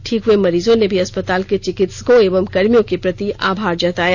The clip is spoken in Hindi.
ठीक हुए मरीजों ने भी अस्पताल को चिकित्सकों एवं कर्मियों के प्रति आभार जताया